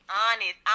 honest